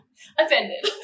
Offended